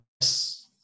Yes